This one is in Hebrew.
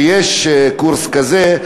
שיש קורס כזה,